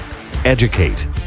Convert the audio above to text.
educate